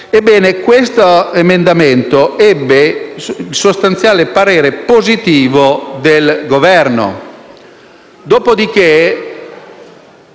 Il citato emendamento ebbe sostanziale parere positivo del Governo;